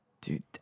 Dude